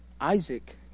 Isaac